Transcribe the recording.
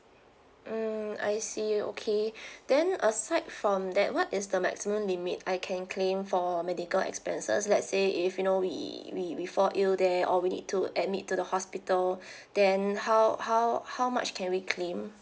mm I see okay then aside from that what is the maximum limit I can claim for medical expenses let's say if you know we we we fall ill there or we need to admit to the hospital then how how how much can we claim